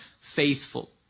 faithful